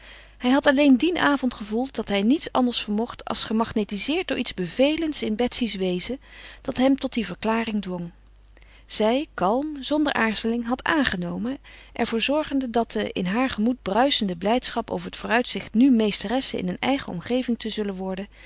hij had alleen dien avond gevoeld dat hij niets anders vermocht als gemagnetizeerd door iets bevelends in betsy's wezen dat hem tot die verklaring dwong zij kalm zonder aarzeling had aangenomen er voor zorgende dat de in haar gemoed bruisende blijdschap over het vooruitzicht nu meesteresse in een eigen omgeving te zullen worden